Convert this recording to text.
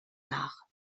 nach